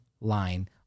line